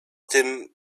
tym